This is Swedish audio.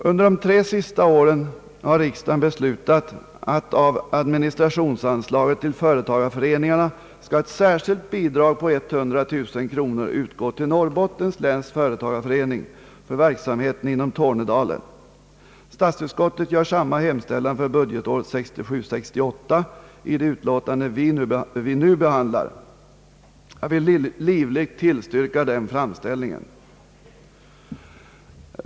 Under de tre senaste åren har riksdagen beslutat att av administrationsanslaget till företagareföreningarna skall ett särskilt bidrag på 100 000 kronor utgå till Norrbottens läns företagareförening för verksamheten inom Tornedalen. Statsutskottet gör samma hemställan för budgetåret 1967/ 68 i det utlåtande vi nu behandlar. Jag vill livligt tillstyrka den framställningen.